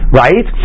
right